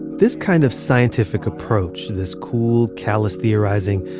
this kind of scientific approach, this cool, callous theorizing,